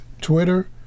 Twitter